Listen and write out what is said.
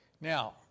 Now